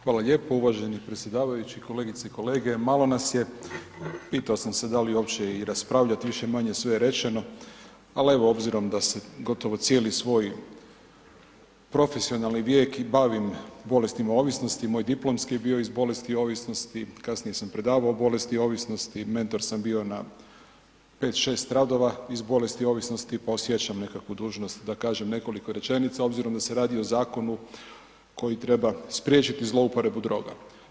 Hvala lijepo uvaženi predsjedavajući, kolegice i kolege, malo nas je, pitao sam se da li uopće i raspravljati, više-manje sve je rečeno, ali evo, obzirom da se evo gotovo cijeli svoj profesionalni vijek i bavim bolestima ovisnosti i moj diplomski bio iz bolesti ovisnosti, kasnije sam predavao o bolesti ovisnosti, mentor sam bio na 5-6 radova iz bolesti ovisnosti, pa osjećam nekakvu dužnost, da kažem nekoliko rečenica, obzirom da se radi o zakonu koji treba spriječiti zlouporabu droga.